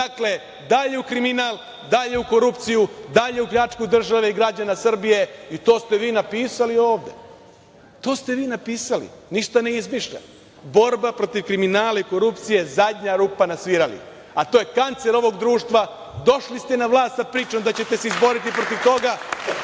dalje u kriminal, dalje u korupciju, dalje u pljačku države i građana Srbije i to ste vi napisali ovde. To ste vi napisali, ništa ne izmišljam. Borba protiv kriminala i korupcije je zadnja rupa na svirali, a to je kancer ovog društva. Došli ste na vlast sa pričom da ćete se izboriti protiv toga,